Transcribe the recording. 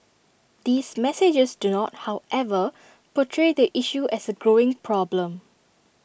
these messages do not however portray the issue as A growing problem